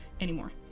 anymore